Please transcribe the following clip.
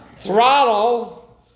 Throttle